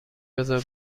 بذار